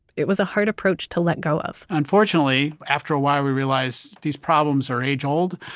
it was a hard approach to let go of unfortunately, after a while, we realized these problems are age-old.